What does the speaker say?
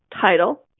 title